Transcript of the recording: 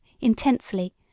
intensely